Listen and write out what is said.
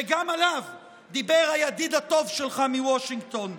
שגם עליו דיבר הידיד הטוב שלך מוושינגטון.